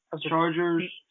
Chargers